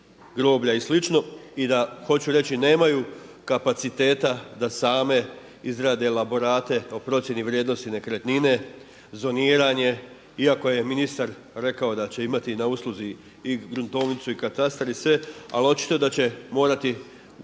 groblja i slično. I da hoću reći nemaju kapaciteta da same izrade elaborate o procjeni vrijednosti nekretnine, zoniranje iako je ministar rekao da će imati na usluzi i gruntovnicu i katastar i sve. Ali očito da će morati